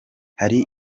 hari